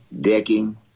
decking